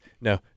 No